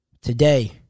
Today